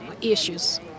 Issues